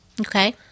Okay